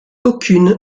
aucune